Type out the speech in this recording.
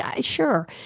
sure